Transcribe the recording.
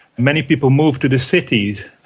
many people moved to the cities.